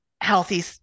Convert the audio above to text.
healthy